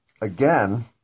again